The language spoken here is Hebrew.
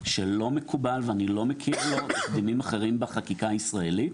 שלא מקובל ואני לא מכיר לו תקדימים אחרים בחקיקה הישראלית,